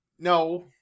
No